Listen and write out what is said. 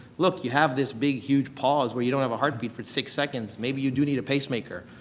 look, you have this big, huge pause where you don't have a heartbeat for six seconds. maybe you do need a pacemaker.